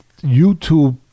YouTube